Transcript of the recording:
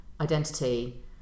identity